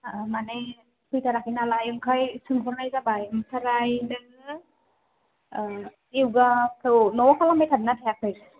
माने फैथाराखै नालाय ओंखाय सोंहरनाय जाबाय ओमफ्राय नोङो य'गाखौ न'आव खालामबाय थादोंना थायाखै